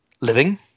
living